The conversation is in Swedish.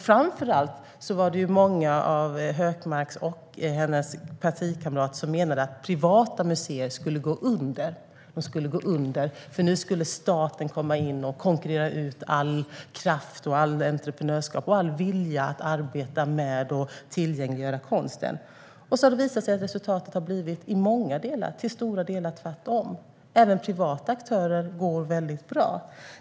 Framför allt var det många av Hökmarks partikamrater som menade att privata museer skulle gå under. Nu skulle staten komma in och konkurrera ut all kraft, allt entreprenörskap och all vilja att arbeta med och tillgängliggöra konsten. Och så har det visat sig att resultatet till stora delar har blivit tvärtom. Även privata aktörer går väldigt bra.